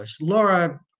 Laura